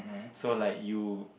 so like you